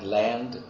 land